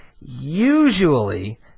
Usually